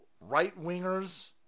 right-wingers